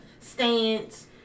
stance